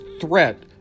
threat